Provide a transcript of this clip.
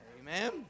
Amen